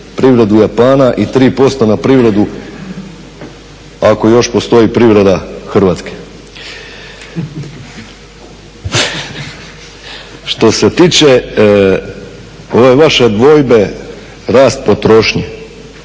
privredu Japana i 3% na privredu ako još postoji privreda Hrvatske. Što se tiče ove vaše dvojbe rast potrošnje.